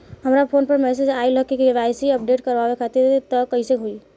हमरा फोन पर मैसेज आइलह के.वाइ.सी अपडेट करवावे खातिर त कइसे होई?